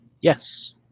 Yes